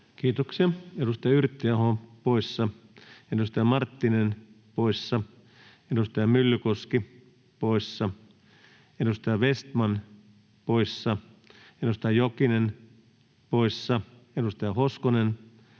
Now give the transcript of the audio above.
Kiitoksia. — Edustaja Yrttiaho poissa, edustaja Marttinen poissa, edustaja Myllykoski poissa, edustaja Vestman poissa, edustaja Jokinen poissa, edustaja Hoskonen poissa,